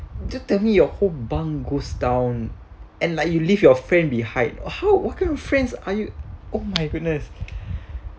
then tell me your whole bunk goes down and like you leave your friend behind how what kind of friends are you oh my goodness